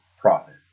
profit